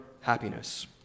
happiness